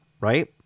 right